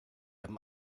haben